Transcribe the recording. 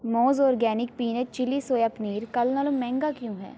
ਮੌਜ organic peanut chilli soya paneer ਕੱਲ੍ਹ ਨਾਲ਼ੋਂ ਮਹਿੰਗਾ ਕਿਉਂ ਹੈ